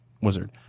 Wizard